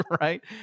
right